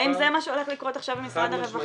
האם זה מה שהולך לקרות עכשיו עם משרד הרווחה?